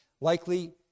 likely